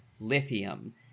lithium